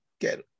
get